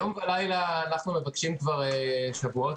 את היום ולילה אנחנו מבקשים כבר שבועות